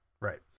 Right